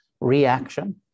reaction